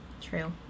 true